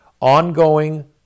Ongoing